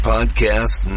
Podcast